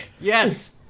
Yes